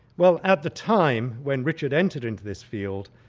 well, at the time when richard entered into this field,